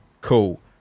Cool